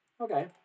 Okay